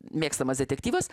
mėgstamas detektyvas